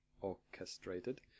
orchestrated